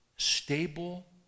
stable